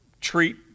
treat